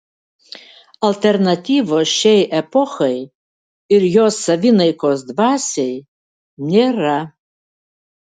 alternatyvos šiai epochai ir jos savinaikos dvasiai nėra